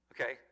Okay